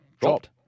dropped